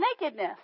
nakedness